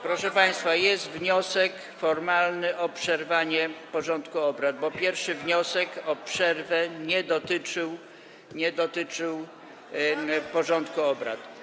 Proszę państwa, jest wniosek formalny o przerwanie porządku obrad, bo pierwszy wniosek o przerwę nie dotyczył porządku obrad.